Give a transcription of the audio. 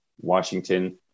Washington